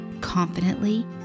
confidently